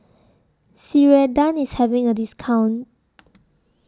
Ceradan IS having A discount